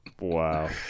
Wow